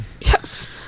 yes